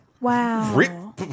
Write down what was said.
Wow